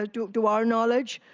ah to to our knowledge.